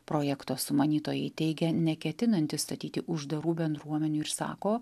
projekto sumanytojai teigia neketinantys statyti uždarų bendruomenių ir sako